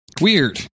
Weird